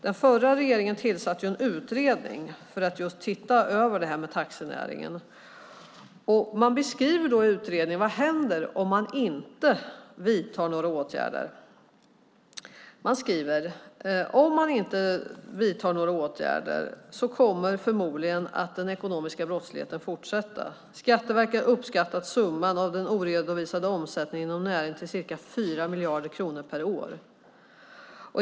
Den förra regeringen tillsatte ju en utredning för att se över detta med taxinäringen. I utredningen beskriver man vad som händer om man inte vidtar några åtgärder. Man skriver att om man inte vidtar några åtgärder kommer den ekonomiska brottsligheten inom taxinäringen förmodligen att fortsätta. "Skatteverket har uppskattat summan av den oredovisade omsättningen inom näringen till ca 4 miljarder kronor per år.